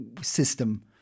system